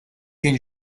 jekk